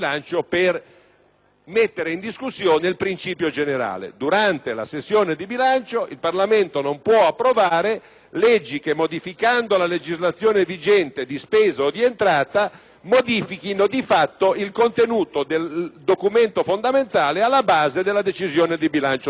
mettere in discussione il principio generale: durante la sessione di bilancio il Parlamento non può approvare leggi che, modificando la legislazione vigente di spesa o di entrata, modifichino di fatto il contenuto del documento fondamentale alla base della decisione di bilancio stessa.